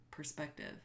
perspective